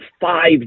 five